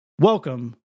Welcome